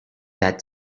that